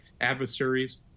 adversaries